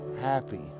happy